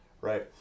right